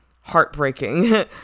heartbreaking